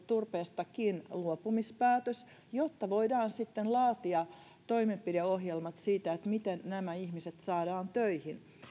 turpeestakin luopumispäätös jotta voidaan sitten laatia toimenpideohjelmat siitä miten nämä ihmiset saadaan töihin